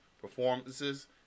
performances